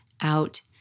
out